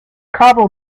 kabul